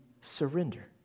surrender